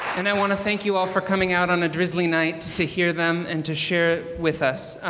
and i want to thank you all for coming out on a drizzly night to hear them and to share with us.